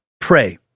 Pray